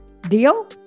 Deal